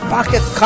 Pocket